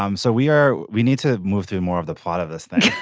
um so we are we need to move through more of the plot of this thing.